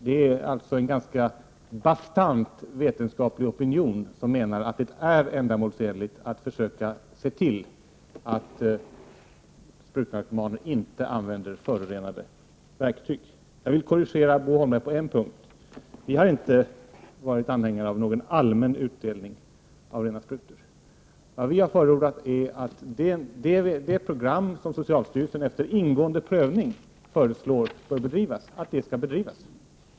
Det finns alltså en ganska bastant vetenskaplig opinion som menar att det är ändamålsenligt att försöka se till att sprutnarkomaner inte använder förorenade verktyg. Jag vill korrigera Bo Holmberg på en punkt. Vi i folkpartiet har inte varit anhängare av någon allmän utdelning av rena sprutor. Vi har förordat det program som socialstyrelsen, efter ingående prövning, har föreslagit.